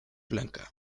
blanca